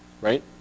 right